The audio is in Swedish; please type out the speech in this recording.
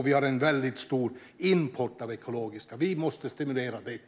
Vi har också en stor import av ekologiska varor. Vi måste stimulera detta.